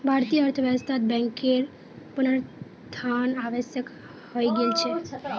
भारतीय अर्थव्यवस्थात बैंकेर पुनरुत्थान आवश्यक हइ गेल छ